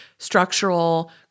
structural